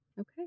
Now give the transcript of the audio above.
Okay